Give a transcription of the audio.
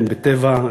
הן בטבע,